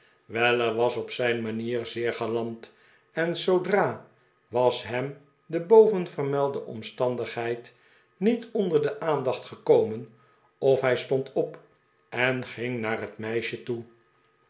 was op zijn manier zeer galant en zoodra was hem de bovenvermelde omstandigheid niet onder de aandacht gekomen of hij stond op en ging naar het meisje toe